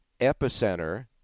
Epicenter